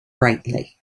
brightly